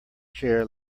chair